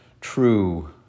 true